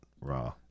raw